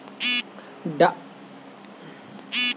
কোন ধরনের মাটি সবচেয়ে বেশি আর্দ্রতা ধরে রাখতে পারে?